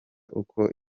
uko